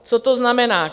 Co to znamená?